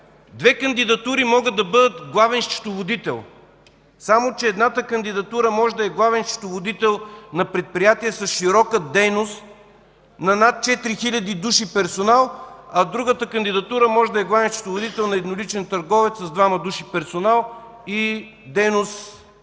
Две кандидатури могат да бъдат главен счетоводител, само че едната кандидатура може да е главен счетоводител на предприятие с широка дейност на над 4 хил. души персонал, а другата кандидатура може да е главен счетоводител на едноличен търговец с двама души персонал и дейност в областта